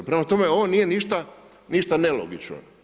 Prema tome, ovo nije ništa nelogično.